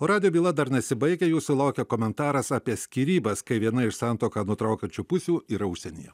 o radijo byla dar nesibaigia jūsų laukia komentaras apie skyrybas kai viena iš santuoką nutraukiančių pusių yra užsienyje